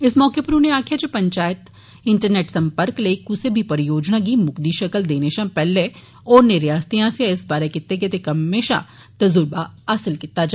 इस मौके पर उने आक्खेआ जे पंचायत इंटरनेट संपर्क लेई कुसै बी परियोजना गी मुकदी षकल देने षा पैहले होरनें रियासतें आस्सेआ इस बारे कीते गेदे कम्में षा तजुर्बा हासिल कीता जा